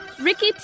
Ricky